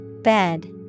Bed